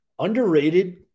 underrated